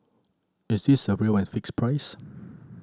is this a real and fixed price